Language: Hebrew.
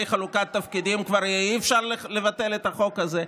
חלוקת תפקידים כבר לא יהיה אפשר לבטל את החוק הזה?